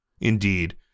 Indeed